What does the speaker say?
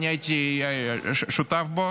שאני הייתי שותף לו,